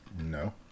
No